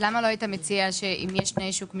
למה לא היית מציע שאם יש תנאי שוק משתנים,